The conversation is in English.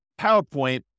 PowerPoint